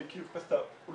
אני